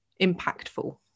impactful